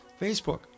Facebook